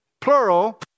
plural